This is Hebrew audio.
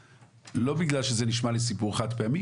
לא בגלל שזה נשמע לי סיפור חד פעמי,